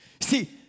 See